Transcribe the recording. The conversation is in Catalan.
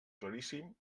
claríssim